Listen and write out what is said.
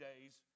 days